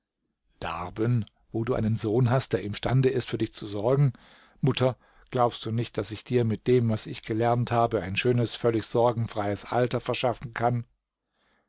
darben wo du einen sohn hast der imstande ist für dich zu sorgen mutter glaubst du nicht daß ich dir mit dem was ich gelernt habe ein schönes völlig sorgenfreies alter verschaffen kann